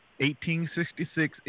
1866